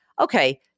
Okay